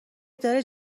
داره